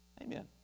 Amen